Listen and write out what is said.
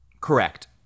Correct